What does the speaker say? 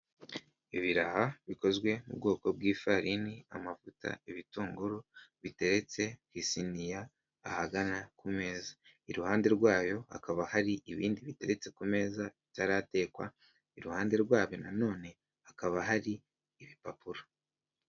Ibiraha bikozwe mu bwoko bw'ifarini ,amavuta ibitunguru biteretse kw'isiniya ahagana ku meza ,iruhande rwayo hakaba hari ibindi biteretse ku meza bitaratekwa, iruhande rwayo nanone hakaba hari ibipapuro.